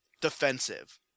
defensive